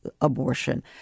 abortion